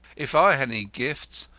if i had any gifts,